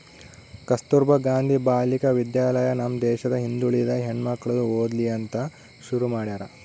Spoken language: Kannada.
ಕಸ್ತುರ್ಭ ಗಾಂಧಿ ಬಾಲಿಕ ವಿದ್ಯಾಲಯ ನಮ್ ದೇಶದ ಹಿಂದುಳಿದ ಹೆಣ್ಮಕ್ಳು ಓದ್ಲಿ ಅಂತ ಶುರು ಮಾಡ್ಯಾರ